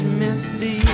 misty